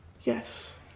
Yes